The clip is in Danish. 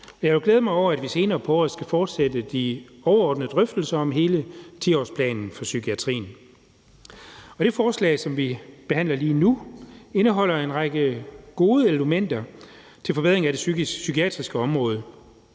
jeg vil glæde mig over, at vi senere på året skal fortsætte de overordnede drøftelser om hele 10-årsplanen for psykiatrien. Det forslag, som vi behandler lige nu, indeholder en række gode elementer til forbedring af det psykiatriske område.